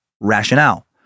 rationale